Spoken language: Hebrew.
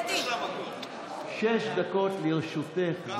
שש דקות לרשותך.